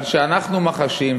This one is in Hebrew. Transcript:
אבל כשאנחנו מחשים,